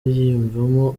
yiyumvamo